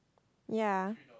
ya